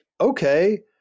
okay